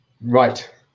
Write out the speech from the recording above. Right